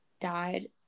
died